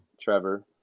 Trevor